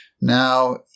Now